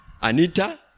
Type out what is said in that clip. Anita